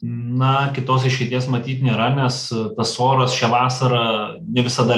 na kitos išeities matyt nėra nes tas oras šią vasarą ne visada